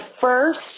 first